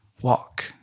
walk